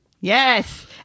Yes